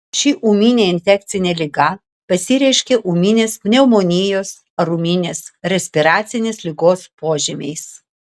ši ūminė infekcinė liga pasireiškia ūminės pneumonijos ar ūminės respiracinės ligos požymiais